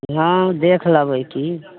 हँ देखि लेबै कि